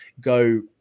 go